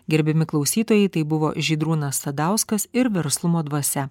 gerbiami klausytojai tai buvo žydrūnas sadauskas ir verslumo dvasia